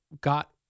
got